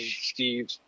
Steve